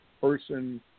person